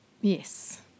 Yes